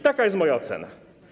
Taka jest moja ocena.